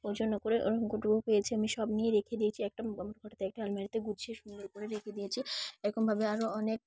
ও জন্য করে গুটুো পেয়েছে আমি সব নিয়ে রেখে দিয়েছি একটা ঘটাতে একটা আলমারিতে গুছিয়ে সুন্দর করে রেখে দিয়েছি এরমভাবে আরও অনেক